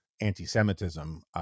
anti-Semitism